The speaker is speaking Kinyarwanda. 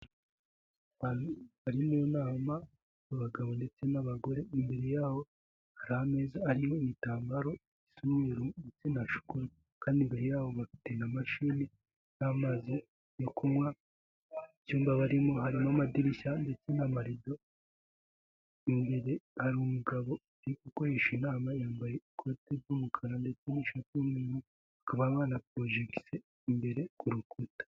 Abantu bari mu nama abagabo ndetse n'abagore imbere yaho hari ameza ariho igitambaro kirimo ubururu ndetse nashokora kandi imbere yabo bafite imashini n'amazi yo kunywa, icyumba barimo harimo amadirishya ndetse na marido imbere hari umugabo uri ukoresha inama yambaye ikote ry'umukara ndetse n'ishati y'umweru akaba banaporogitinze imbere ku rukuta.